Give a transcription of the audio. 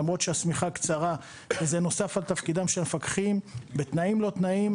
למרות שהשמיכה קצרה כי זה נוסף על תפקידם של מפקחים בתנאים לא תנאים